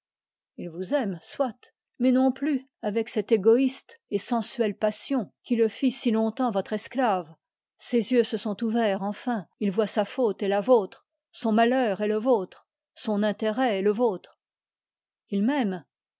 il vous aime soit mais non plus avec cette égoïste et sensuelle passion qui le fit si longtemps votre esclave ses yeux se son ouverts enfin il voit sa faute et la vôtre son malheur et le vôtre son intérêt et le vôtre il m'aime